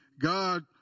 God